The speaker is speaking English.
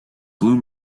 blue